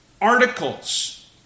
articles